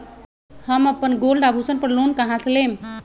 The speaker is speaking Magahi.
हम अपन गोल्ड आभूषण पर लोन कहां से लेम?